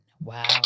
Wow